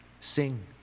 Sing